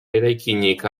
eraikinik